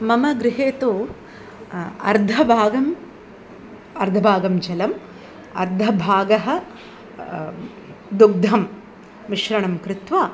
मम गृहे तु अर्धभागं अर्दभागं जलं अर्धभागः दुग्धं मिश्रणं कृत्वा